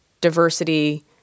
diversity